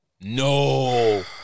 No